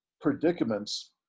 predicaments